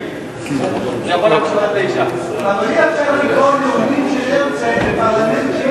אדוני יאפשר לקרוא נאומים של הרצל בפרלמנט,